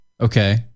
Okay